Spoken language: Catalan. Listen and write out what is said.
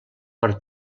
per